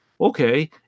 okay